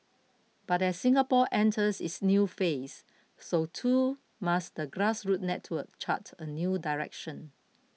but as Singapore enters its new phase so too must the grassroots network chart a new direction